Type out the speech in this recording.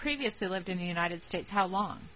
previously lived in the united states how long